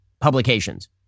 publications